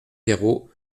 terreaux